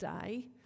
day